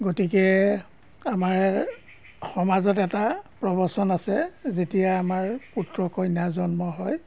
গতিকে আমাৰ সমাজত এটা প্ৰৱচন আছে যেতিয়া আমাৰ পুত্ৰ কন্যা জন্ম হয়